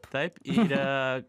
taip ir